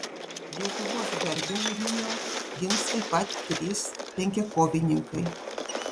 lietuvos garbę rio gins taip pat trys penkiakovininkai